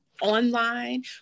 online